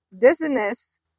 dizziness